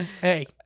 hey